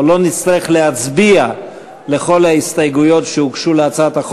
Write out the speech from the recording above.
ושקרה משהו שהוא לא יכול לחיות אתו ולהשלים